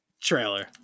trailer